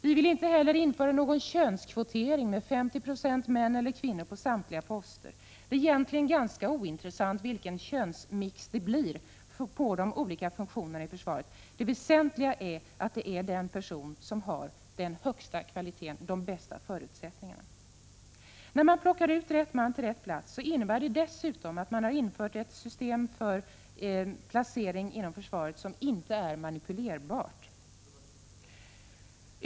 Vi vill inte heller införa någon könskvotering med 50 26 män eller 50 96 kvinnor på samtliga poster. Det är egentligen ganska ointressant vilken könsmix det blir på olika poster inom försvaret. Det väsentliga är att det är den person som har den högsta kvaliteten och de bästa förutsättningarna. När man plockar ut rätt man till rätt plats innebär det dessutom att man inför ett system för placering inom försvaret som inte är manipulerbart.